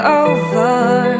over